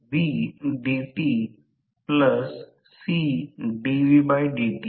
तर म्हणूनच हवेच्या अंतरांतुन शक्ती हस्तांतरित होते